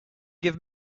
give